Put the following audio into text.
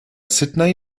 sydney